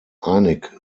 einig